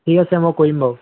ঠিক আছে মই কৰিম বাৰু